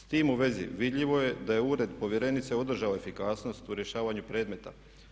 S time u vezi vidljivo je da je Ured povjerenice održao efikasnost u rješavanju predmeta.